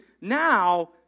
now